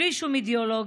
בלי שום אידיאולוגיה,